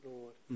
Lord